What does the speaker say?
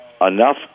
enough